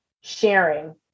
sharing